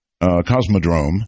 Cosmodrome